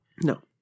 No